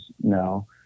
now